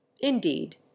Indeed